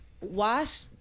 wash